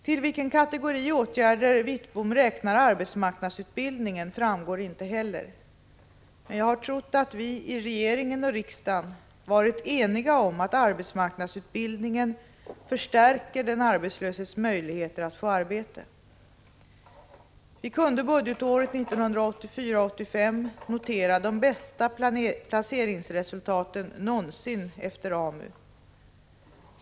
Till vilken kategori åtgärder Wittbom räknar arbetsmarknadsutbildningen framgår inte heller, men jag har trott att vi i regeringen och riksdagen varit eniga om att arbetsmarknadsutbildningen förstärker den arbetslöses möjligheter att få arbete. Vi kunde budgetåret 1984/85 notera de bästa placeringsresultaten någonsin efter AMU.